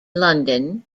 london